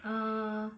err